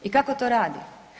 I kako to radi?